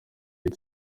iyo